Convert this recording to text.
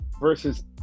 versus